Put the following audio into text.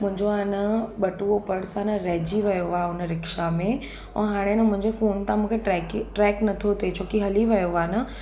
मुंहिंजो आहे न बटुओ पर्स आहे न रहिजी वियो आहे हुन रिक्शा में ऐं हाणे न मुंहिंजो फ़ोन तां मूंखे ट्रैकी ई ट्रैक नथो थिए छोकी हली वियो आहे न